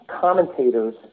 commentators